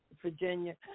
Virginia